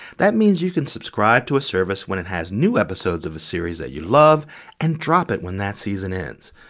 that means you can subscribe to a service when it has new episodes of a series that you love and drop it when that season ends.